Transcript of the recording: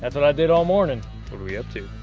that's what i did all morning. what are we up to?